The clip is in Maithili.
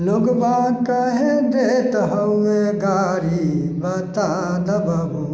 लोगबा काहे देत हमे गारी बता दऽ बबुआ